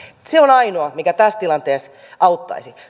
se on ainoa mikä tässä tilanteessa auttaisi